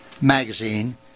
Magazine